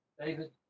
David